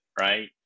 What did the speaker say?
Right